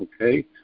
okay